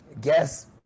Guess